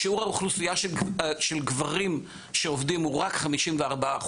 שיעור האוכלוסייה של גברים שעובדים הוא רק 54%,